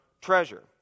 treasure